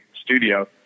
studio